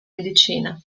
medicina